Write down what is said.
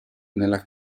nella